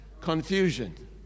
confusion